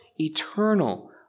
eternal